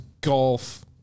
golf